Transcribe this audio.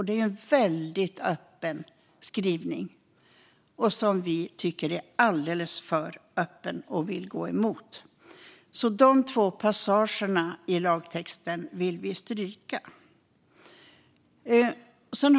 Det är en skrivning vi tycker är alldeles för öppen och som vi vill gå emot. Dessa två passager i lagtexten vill vi alltså stryka.